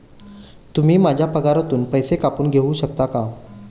तुम्ही माझ्या पगारातून पैसे कापून घेऊ शकता का?